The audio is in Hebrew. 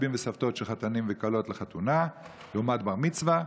סבים וסבתות של חתנים וכלות לחתונה לעומת בר-מצווה,